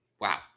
Wow